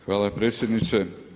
Hvala predsjedniče.